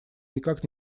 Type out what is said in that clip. никак